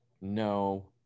no